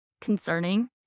concerning